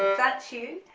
that's you,